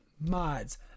mods